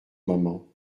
moment